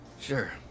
Sure